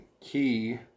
key